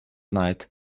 night